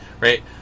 Right